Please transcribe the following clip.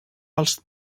pels